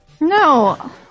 No